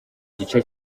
igice